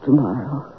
Tomorrow